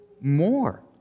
more